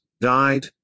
died